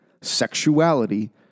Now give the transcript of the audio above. sexuality